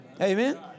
Amen